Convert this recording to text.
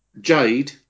Jade